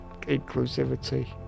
inclusivity